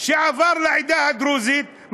שעבר בעבור העדה הדרוזית,